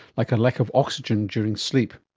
like a lack of oxygen during sleep.